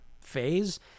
phase